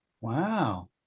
Wow